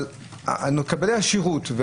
מקבל השירות,